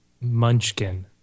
Munchkin